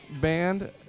band